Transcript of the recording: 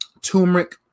Turmeric